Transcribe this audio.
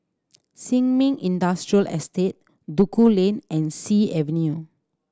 Sin Ming Industrial Estate Duku Lane and Sea Avenue